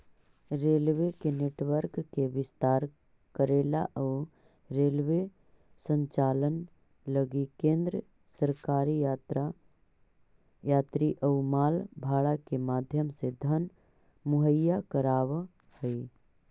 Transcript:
railway के network के विस्तार करेला अउ रेलवे संचालन लगी केंद्र सरकार यात्री अउ माल भाड़ा के माध्यम से धन मुहैया कराव हई